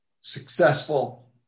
successful